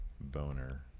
Boner